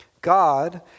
God